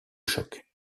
choc